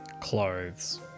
clothes